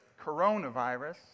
coronavirus